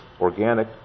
organic